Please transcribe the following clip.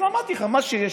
אז אמרתי לך: מה שיש,